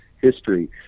history